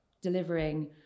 delivering